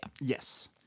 Yes